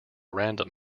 random